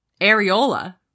areola